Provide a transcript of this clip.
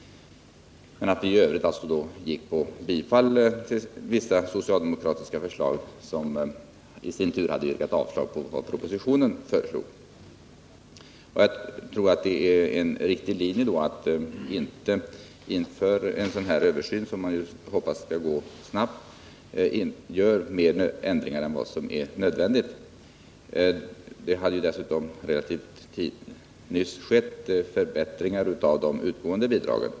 I övrigt tillstyrkte vi vissa socialdemokratiska förslag, som i sin tur innebar ett avslag på propositionen. Jag tror därför att det är riktigt att före en översyn, som jag hoppas kommer att gå fort, inte göra större ändringar än vad som är nödvändigt. Det har f. ö. ganska nyligen företagits höjningar av de utgående bidragen.